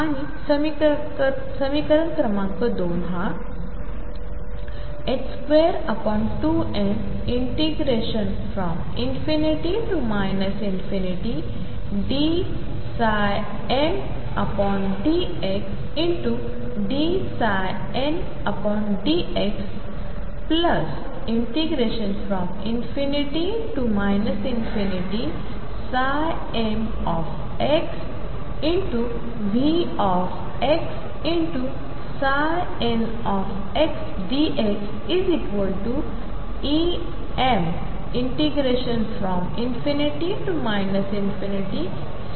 आणि समीकरण क्रमांक २ हा 22m ∞dmdxdndxdx ∞mVxndxEm ∞mx आहे